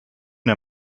der